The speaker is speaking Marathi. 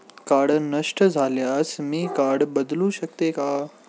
कार्ड नष्ट झाल्यास मी कार्ड बदलू शकते का?